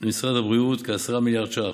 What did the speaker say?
למשרד הבריאות, כ-10 מיליארד ש"ח,